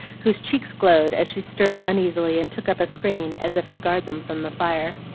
whose cheeks glowed as she stirred uneasily and took up a screen as if to guard them from the fire.